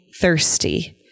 thirsty